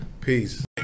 peace